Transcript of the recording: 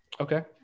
Okay